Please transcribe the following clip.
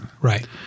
Right